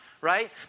right